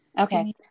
Okay